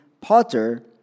Potter